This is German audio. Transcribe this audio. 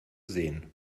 sehen